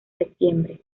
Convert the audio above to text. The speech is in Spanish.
septiembre